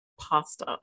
Pasta